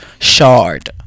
shard